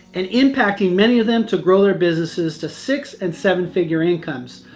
and impacting many of them to grow their businesses to six and seven figure incomes.